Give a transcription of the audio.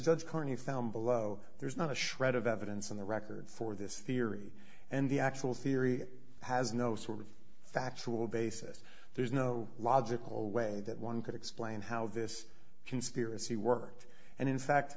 judge carney found below there's not a shred of evidence in the record for this theory and the actual theory has no sort of factual basis there's no logical way that one could explain how this conspiracy worked and in fact